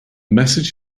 message